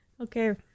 Okay